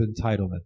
entitlement